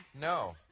No